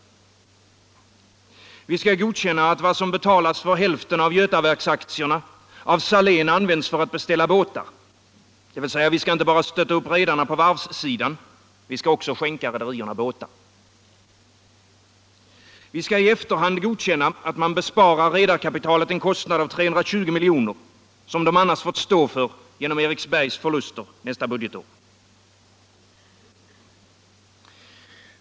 Vi skall godkänna att vad som betalas för hälften av Götaverksaktierna av Saléns används för att beställa båtar — dvs. vi skall inte bara stötta upp redarna på varvssidan, vi skall också skänka rederierna båtar. Vi skall i efterhand godkänna att man besparar redarkapitalet en kostnad av 320 miljoner, som redarkapitalet annars fått stå för genom Eriksbefgs förluster nästa budgetår.